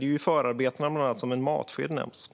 Det är bland annat där som en matsked nämns.